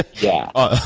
yeah.